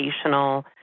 educational